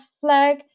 flag